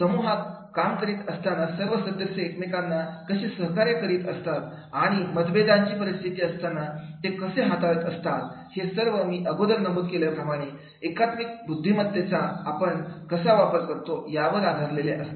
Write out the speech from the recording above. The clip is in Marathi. समूहात काम करीत असताना सर्व सदस्य एकमेकांना कशी सहकार्य करीत असतात आणि मतभेदांची परिस्थिती असताना ते कसे हाताळत असतात हे सर्व मी अगोदर नमूद केल्याप्रमाणे एकात्मिक बुद्धीमत्तेचा आपण कसा वापर करतो यावर आधारलेले असते